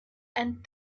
and